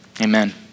Amen